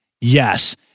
yes